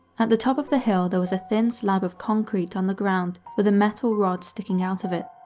and the top of the hill, there was a thin slab of concrete on the ground with metal rod sticking out of it.